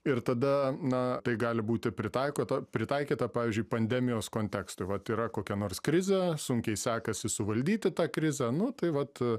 ir tada na tai gali būti pritaiko tą pritaikyta pavyzdžiui pandemijos kontekstui vat yra kokia nors krizė sunkiai sekasi suvaldyti tą krizę nu tai vat